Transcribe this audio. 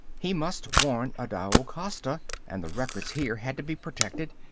he must warn adao costa. and the records here had to be protected.